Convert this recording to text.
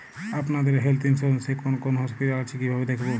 আপনাদের health insurance এ কোন কোন হসপিটাল আছে কিভাবে দেখবো?